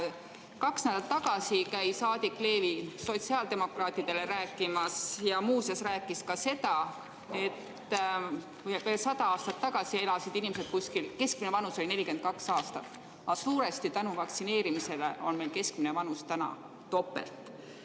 Kaks nädalat tagasi käis Adik Levin sotsiaaldemokraatidele rääkimas ja muuseas rääkis ka seda, et veel sada aastat tagasi elasid inimesed 42-aastaseks, keskmine vanus 42 aastat, aga suuresti tänu vaktsineerimisele on meie keskmine vanus täna topelt.